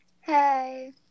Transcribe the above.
Hey